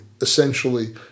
essentially